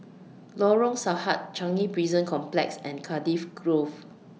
Lorong Sahad Changi Prison Complex and Cardiff Grove